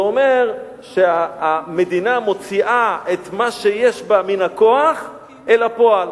זה אומר שהמדינה מוציאה את מה שיש בה מן הכוח אל הפועל.